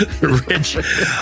Rich